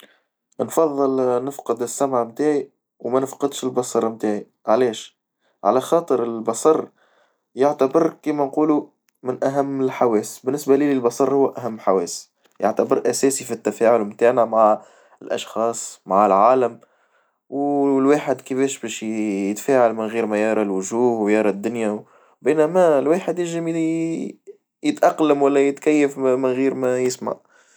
نفظل نفقد السمع متاعي، وما نفقدش البصرة نتاعي، علاش ؟ على خاطر البصر يعتبر كيما نقولو من أهم الحواس بالنسبة لي للبصر هو أهم حواس، يعتبر أساسي في التفاعل متاعنا مع الأشخاص مع العالم، والواحد كيفيش باش يتفاعل من غير ما يرى الوجوه ويرى الدنيا بينما الواحد يجم يتأقلم والا يتكيف من غير ما يسمع.